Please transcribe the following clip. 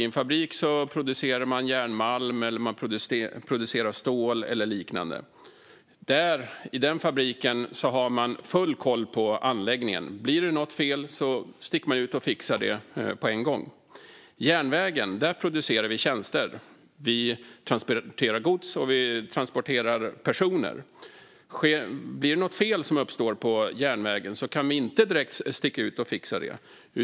I en fabrik producerar man järnmalm, stål eller liknande. I den fabriken har man full koll på anläggningen. Blir det något fel sticker man ut och fixar det på en gång. På järnvägen producerar man tjänster. Man transporterar gods och personer. Om det uppstår något fel på järnvägen kan man inte direkt sticka ut och fixa det.